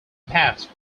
passed